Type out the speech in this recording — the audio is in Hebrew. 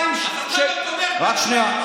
רק שנייה.